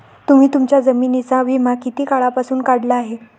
तुम्ही तुमच्या जमिनींचा विमा किती काळापासून काढला आहे?